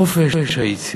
חופש היצירה.